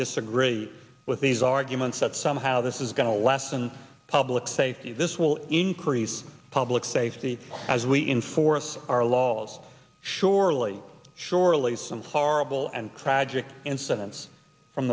disagree with these arguments that somehow this is going to lessen public safety this will increase public safety as we enforce our laws surely surely some horrible and tragic incidents from